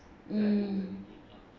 mm